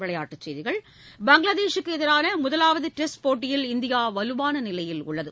விளையாட்டுச் செய்திகள் பங்களாதேஷூக்குஎதிரானமுதலாவதுடெஸ்ட் கிரிக்கெட் போட்டியில் இந்தியாவலுவானநிலையில் உள்ளது